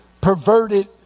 perverted